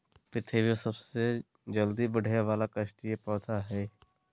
पृथ्वी पर सबसे जल्दी बढ़े वाला काष्ठिय पौधा हइ